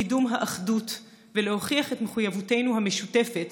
לקדם את האחדות ולהוכיח את מחויבותנו המשותפת